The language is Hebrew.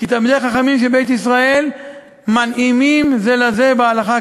כי תלמידי חכמים של בית ישראל מנעימים זה לזה בהלכה,